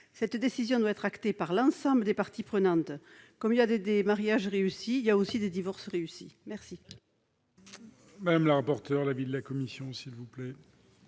Cette décision doit être actée par l'ensemble de parties prenantes. Comme il y a des mariages réussis, il y a des divorces réussis !